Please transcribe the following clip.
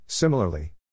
Similarly